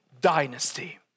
dynasty